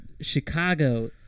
Chicago